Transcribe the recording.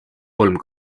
kolm